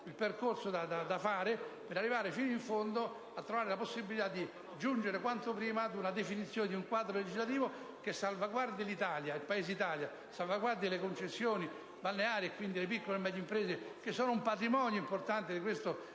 il percorso da fare, per arrivare fino in fondo e avere la possibilità di giungere quanto prima alla definizione di un quadro legislativo che salvaguardi il nostro Paese, le concessioni balneari e quindi le piccole e medie imprese che sono un patrimonio importante del